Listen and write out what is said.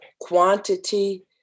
quantity